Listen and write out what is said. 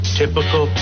typical